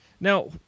Now